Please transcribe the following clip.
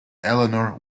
eleanor